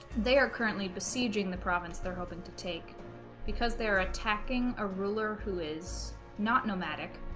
they are currently besieging the province they're hoping to take because they are attacking a ruler who is not nomadic